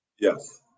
Yes